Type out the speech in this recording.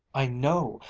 i know!